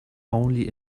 only